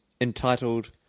entitled